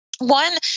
One